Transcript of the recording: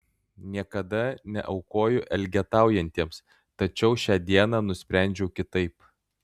niekada neaukoju elgetaujantiems tačiau šią dieną nusprendžiau kitaip